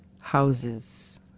houses